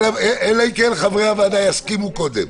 אלא אם כן חברי הוועדה יסכימו קודם.